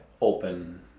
open